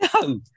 No